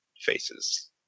faces